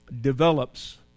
develops